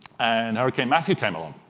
and hurricane matthew came along.